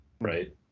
right